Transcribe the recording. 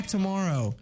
tomorrow